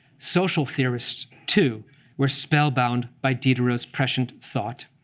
social theorists too were spellbound by diderot's prescient thought.